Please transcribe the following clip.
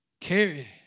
Carry